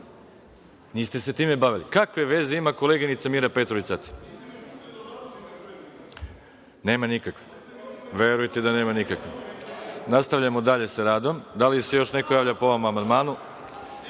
vi dajete opomenu.)Kakve veze ima koleginica Mira Petrović sad? Nema nikakve. Verujte da nema nikakve. Nastavljamo dalje sa radom. Da li se još neko javlja po ovom amandmanu? Na